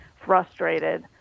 frustrated